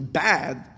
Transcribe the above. bad